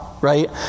right